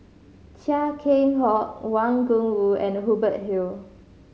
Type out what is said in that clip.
Chia Keng Hock Wang Gungwu and Hubert Hill